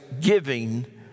giving